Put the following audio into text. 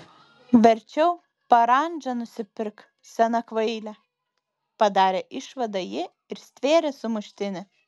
verčiau parandžą nusipirk sena kvaile padarė išvadą ji ir stvėrė sumuštinį